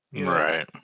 Right